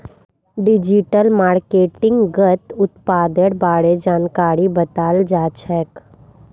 digital मार्केटिंगत उत्पादेर बारे जानकारी बताल जाछेक